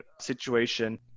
situation